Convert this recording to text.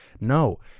No